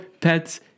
pets